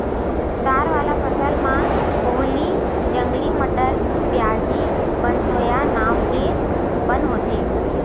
दार वाला फसल म पोहली, जंगली मटर, प्याजी, बनसोया नांव के बन होथे